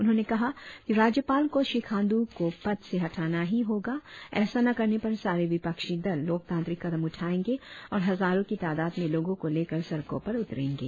उन्होंने कहा कि राज्यपाल को श्री खांडू को पद से हटाना हॊ होगा ऐसा न करने पर सारे विपक्षी दल लोकतांत्रिक कदम उठाएंगे और हजारों की तादात में लोगों को लेकर सड़कों पर उतरेंगे